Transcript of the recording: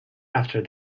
after